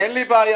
אין לי בעיה,